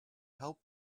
help